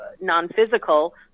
non-physical